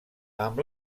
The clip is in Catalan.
amb